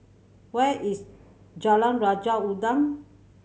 where is Jalan Raja Udang